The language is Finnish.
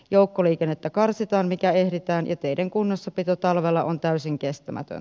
joukkoliikennettä karsitaan mikä ehditään ja teiden kunnossapito talvella on täysin kestämätön